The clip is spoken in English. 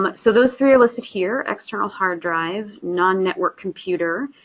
um so those three are listed here external hard drive, non-networked computer,